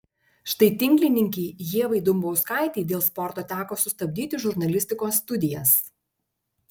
štai tinklininkei ievai dumbauskaitei dėl sporto teko sustabdyti žurnalistikos studijas